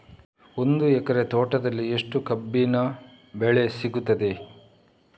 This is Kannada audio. ಒಂದು ಎಕರೆ ತೋಟದಲ್ಲಿ ಎಷ್ಟು ಕಬ್ಬಿನ ಬೆಳೆ ಸಿಗುತ್ತದೆ?